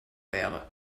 wäre